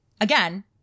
again